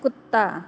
कुत्ता